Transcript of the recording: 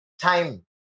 time